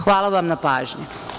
Hvala vam na pažnji.